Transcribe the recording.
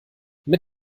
mit